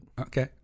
Okay